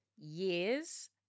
years